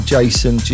Jason